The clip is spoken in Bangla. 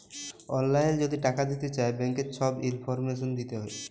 অললাইল যদি টাকা দিতে চায় ব্যাংকের ছব ইলফরমেশল দিতে হ্যয়